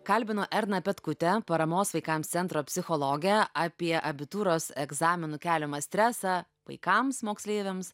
kalbinu erną petkutę paramos vaikams centro psichologę apie abitūros egzaminų keliamą stresą vaikams moksleiviams